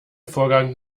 vorgang